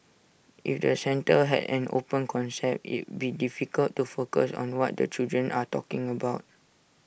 if the centre had an open concept it'd be difficult to focus on what the children are talking about